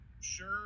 sure